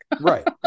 Right